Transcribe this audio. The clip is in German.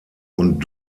und